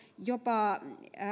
jopa